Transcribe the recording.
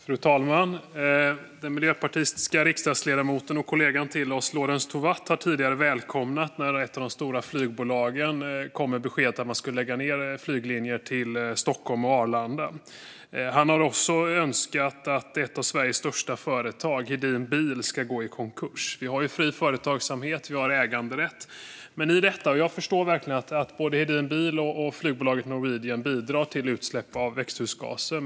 Fru talman! Den miljöpartistiska riksdagsledamoten och kollegan till oss Lorentz Tovatt har tidigare välkomnat att ett av de stora flygbolagen kom med beskedet att man skulle lägga ned flyglinjer från Stockholm och Arlanda. Han har också önskat att ett av Sveriges största företag, Hedin Bil, ska gå i konkurs. Vi har fri företagsamhet, och vi har äganderätt. Jag förstår verkligen att både Hedin Bil och flygbolaget Norwegian bidrar till utsläpp av växthusgaser.